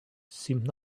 seemed